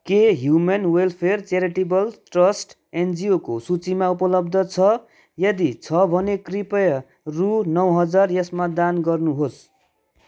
के human welfare charitable trust एनजिओको सूचीमा उपलब्ध छ यदि छ भने कृपया रु नौ हजार यसमा दान गर्नुहोस्